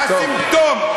זה הסימפטום.